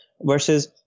Versus